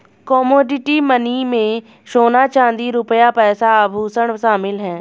commodity money में सोना चांदी रुपया पैसा आभुषण शामिल है